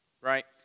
Right